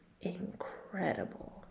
incredible